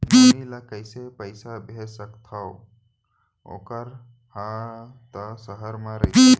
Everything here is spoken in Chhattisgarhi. नोनी ल कइसे पइसा भेज सकथव वोकर हा त सहर म रइथे?